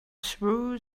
threw